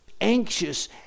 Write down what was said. anxious